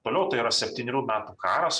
toliau tai yra septynerių metų karas